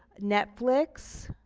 netflix.